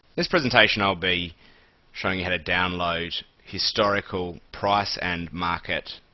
this presentation i'll be showing you how to download historical price and market,